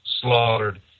slaughtered